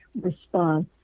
response